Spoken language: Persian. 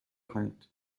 کنید